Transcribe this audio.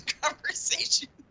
conversation